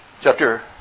chapter